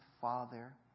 Father